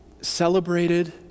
celebrated